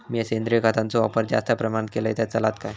मीया सेंद्रिय खताचो वापर जास्त प्रमाणात केलय तर चलात काय?